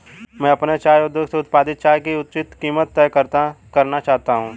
मैं अपने चाय उद्योग से उत्पादित चाय की उचित कीमत तय करना चाहता हूं